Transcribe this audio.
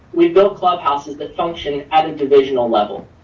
we built clubhouses that function at a divisional level.